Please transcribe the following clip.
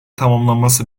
tamamlanması